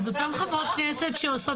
אז אותן חברות כנסת,